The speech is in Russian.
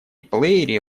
плеере